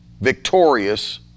victorious